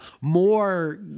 more